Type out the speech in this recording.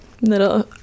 Little